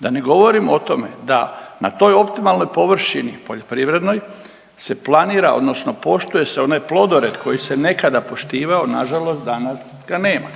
Da ne govorim o tome da na toj optimalnoj površini poljoprivrednoj se planira, odnosno poštuje se onaj plodored koji se nekada poštivao. Na žalost danas ga nema,